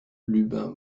lubin